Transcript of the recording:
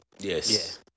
yes